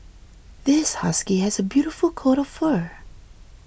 this husky has a beautiful coat of fur